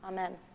Amen